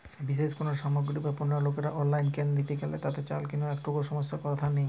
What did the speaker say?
বিশেষ কোনো সামগ্রী বা পণ্য লোকেরা অনলাইনে কেন নিতে চান তাতে কি একটুও সমস্যার কথা নেই?